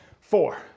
Four